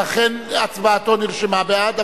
ואכן הצבעתו נרשמה בעד,